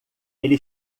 ele